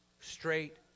straight